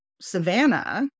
Savannah